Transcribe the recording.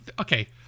okay